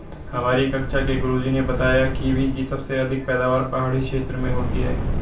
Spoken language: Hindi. हमारी कक्षा के गुरुजी ने बताया कीवी की सबसे अधिक पैदावार पहाड़ी क्षेत्र में होती है